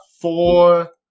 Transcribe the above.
four